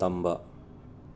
ꯇꯝꯕ